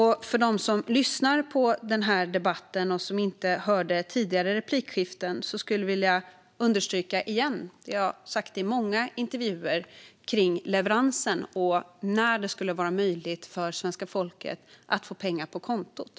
För dem som lyssnar på den här debatten men som inte har hört tidigare replikskiften skulle jag återigen vilja understryka det jag sagt i många intervjuer om när det skulle vara möjligt för svenska folket att få pengar på kontot.